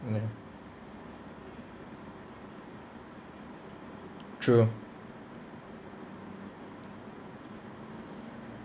no true